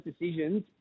decisions